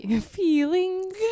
feelings